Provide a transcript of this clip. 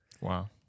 Wow